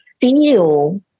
feel